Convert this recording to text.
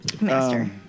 master